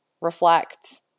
reflect